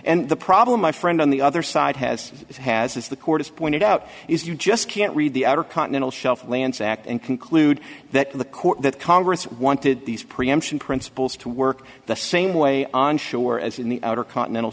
and the problem my friend on the other side has as has the courts pointed out is you just can't read the outer continental shelf lands act and conclude that the court that congress wanted these preemption principles to work the same way on shore as in the outer continental